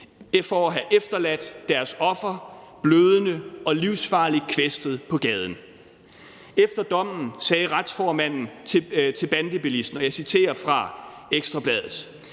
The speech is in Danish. for at have efterladt deres offer blødende og livsfarligt kvæstet på gaden. Efter dommen sagde retsformanden til bandebilisten, og jeg citerer fra Ekstra Bladet: